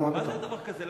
מה זה אין דבר כזה?